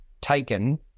taken